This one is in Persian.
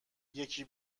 یکی